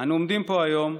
אנו עומדים פה היום,